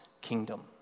kingdom